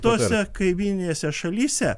tose kaimyninėse šalyse